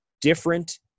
different